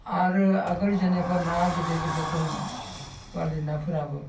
आरो आगोल जेनेका ना गेदेर गेदेर दंमोन बारलि नाफोराबो